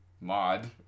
Mod